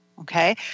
okay